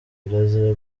kirazira